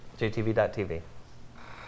JTV.tv